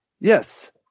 Yes